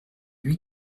lui